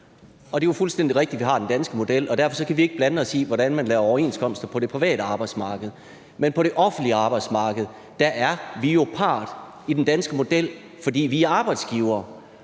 Det er jo fuldstændig rigtigt, at vi har den danske model, og derfor kan vi ikke blande os i, hvordan man laver overenskomster på det private arbejdsmarked. Men på det offentlige arbejdsmarked er vi jo part i den danske model, fordi vi er arbejdsgivere,